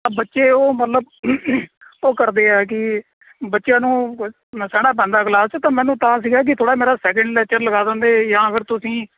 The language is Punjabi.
ਤਾਂ ਬੱਚੇ ਉਹ ਮਤਲਬ ਉਹ ਕਰਦੇ ਆ ਕਿ ਬੱਚਿਆਂ ਨੂੰ ਕੁ ਸਹਿਣਾ ਪੈਂਦਾ ਹੈ ਕਲਾਸ 'ਚ ਤਾਂ ਮੈਨੂੰ ਤਾਂ ਸੀਗਾ ਕਿ ਥੋੜ੍ਹਾ ਮੇਰਾ ਸੈਕੰਡ ਲੈਕਚਰ ਲਗਾ ਦਿੰਦੇ ਜਾਂ ਫਿਰ ਤੁਸੀਂ